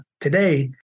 today